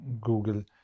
Google